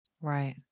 Right